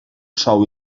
sou